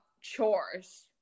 Chores